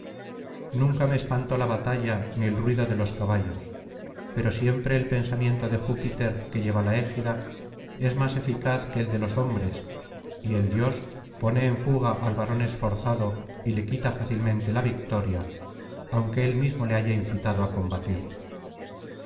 nunca me espantó la batalla ni el ruido de los caballos pero siempre el pensamiento de júpiter que lleva la égida es más eficaz que el de los hombres y el dios pone en fuga al varón esforzado y le quita fácilmente la victoria aunque el mismo le haya incitado á combatir